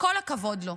כל הכבוד לו.